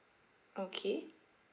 okay